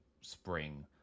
spring